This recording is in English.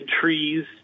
trees